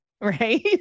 Right